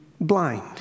blind